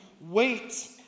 wait